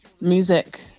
music